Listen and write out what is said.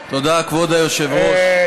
תודה, כבוד היושב-ראש.